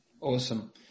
Awesome